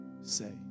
say